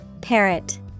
Parrot